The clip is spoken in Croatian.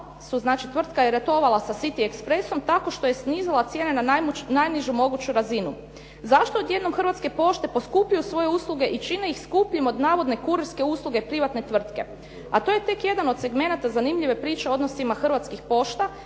nedavno tvrtka je ratovala sa "City Expressom" tako što je snizila cijene na najnižu moguću razinu. Zašto odjednom Hrvatske pošte poskupljuju svoje usluge i čine ih skupljim od navodne kurirske usluge privatne tvrtke, a to je tek jedan od segmenata zanimljive priče o odnosima Hrvatskih pošta